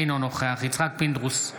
אינו נוכח יצחק פינדרוס,